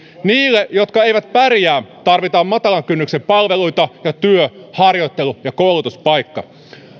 niille jotka eivät pärjää tarvitaan matalan kynnyksen palveluita ja työ harjoittelu tai koulutuspaikka